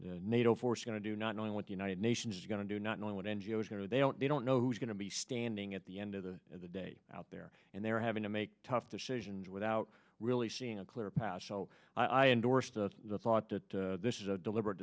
the nato force going to do not knowing what the united nations is going to do not knowing what n g o s you know they don't they don't know who's going to be standing at the end of the day out there and they're having to make tough decisions without really seeing a clear path so i endorse the thought that this is a deliberate